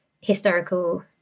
historical